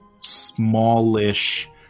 smallish